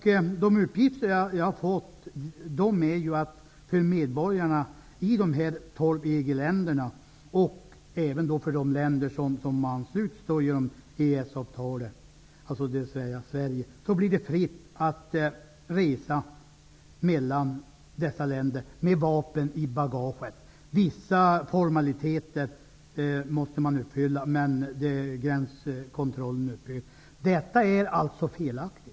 Enligt de uppgifter som jag har fått blir det fritt för medborgarna i de tolv EG-länderna och för medborgarna i de genom EES-avtalet anslutna länderna -- jag tänker då på Sverige -- att resa med vapen i bagaget mellan dessa länder. Vissa formaliteter måste uppfyllas, men gränskontrollen upphör. Är detta alltså felaktigt?